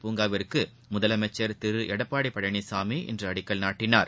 பூங்காவிற்கு முதலமைச்சர் திரு எடப்பாடி பழனிசாமி இன்று அடிக்கல் நாட்டினார்